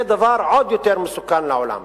זה דבר עוד יותר מסוכן לעולם.